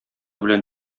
белән